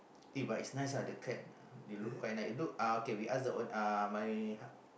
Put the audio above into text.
eh but it's nice ah the cat they look quite nice it look uh we ask the own~ uh my